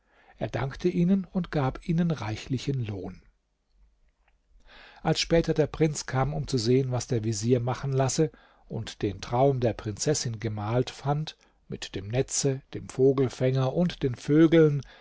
er dankte ihnen und gab ihnen reichlichen lohn als später der prinz kam um zu sehen was der vezier machen lasse und den traum der prinzessin gemalt fand mit dem netze dem vogelfänger und den vögeln